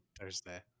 Thursday